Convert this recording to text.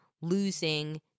losing